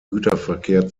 güterverkehr